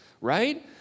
right